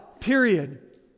period